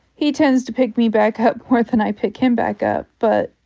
he tends to pick me back up more than i pick him back up. but